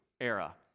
era